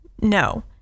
No